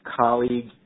colleague